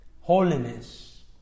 holiness